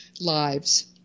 lives